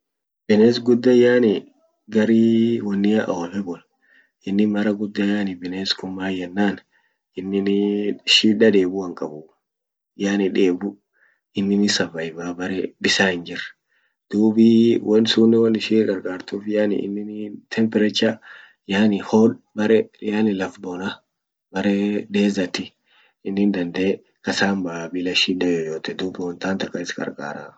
Bines gudan yani gari wonia ool e bul innin mara guda yani bines kun man yenan innini shida debua hinqabuu yani debu innin hin survive va bere bisan hinjir. duubi won sunen won ishin qarqar tuf yani innini temperature yani hod bere laf bona bere desert innin dandee kasa hin baa bila shida yeyote dub wontant akan is qarqara.